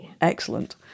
Excellent